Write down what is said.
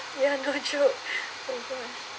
ya no joke